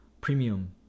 premium